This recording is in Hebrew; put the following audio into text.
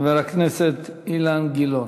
חבר הכנסת אילן גילאון.